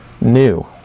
new